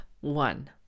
one